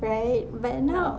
right but now